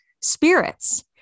spirits